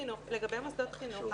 לגבי מוסדות חינוך,